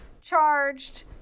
charged